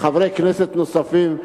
וחברי כנסת נוספים,